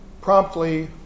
promptly